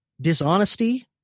dishonesty